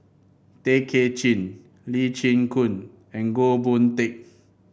Tay Kay Chin Lee Chin Koon and Goh Boon Teck